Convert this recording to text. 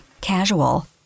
casual